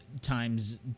times